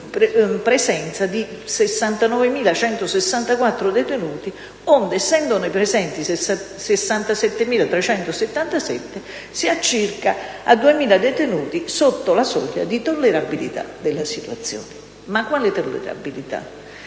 presenza di 69.164 detenuti, onde, essendone presenti 67.377, si è a circa 2.000 detenuti sotto la soglia di tollerabilità della situazione. Ma quale tollerabilità,